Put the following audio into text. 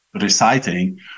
reciting